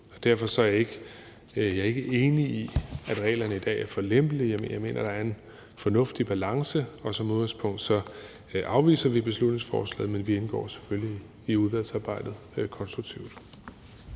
Derfor er jeg ikke enig i, at reglerne i dag er for lempelige. Jeg mener, der er en fornuftig balance, og som udgangspunkt afviser vi beslutningsforslaget, men vi indgår selvfølgelig konstruktivt